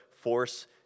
force